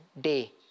day